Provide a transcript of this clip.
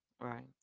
right